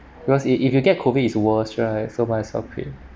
because i~ if you get COVID is worse right so might as well quit